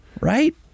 Right